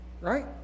Right